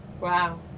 Wow